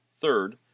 Third